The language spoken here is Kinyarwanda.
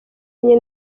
enye